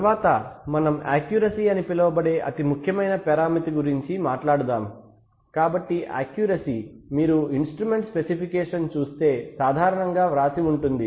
తరువాత మనం ఆక్యురసీ అని పిలువబడే అతి ముఖ్యమైన పరామితి గురించి మాట్లాడుదాం కాబట్టి ఆక్యురసీ మీరు ఇన్స్ట్రుమెంట్ స్పెసిఫికేషన్ చూస్తే సాధారణంగా వ్రాసి ఉంటుంది